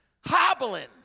hobbling